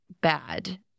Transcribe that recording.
bad